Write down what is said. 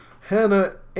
Hannah